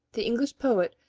the english poet,